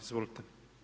Izvolite.